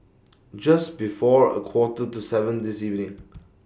Just before A Quarter to seven This evening